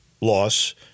loss